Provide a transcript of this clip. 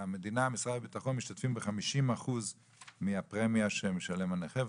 המדינה ומשרד הביטחון משתתפים ב-50% מהפרמיה שמשלם הנכה,